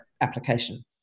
application